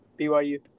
BYU